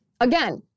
Again